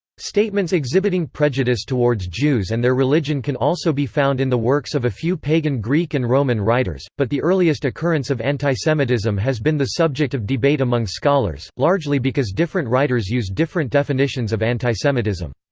statements exhibiting prejudice towards jews and their religion can also be found in the works of a few pagan greek and roman writers, but the earliest occurrence of antisemitism has been the subject of debate among scholars, largely because different writers use different definitions of antisemitism.